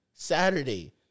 Saturday